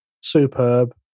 superb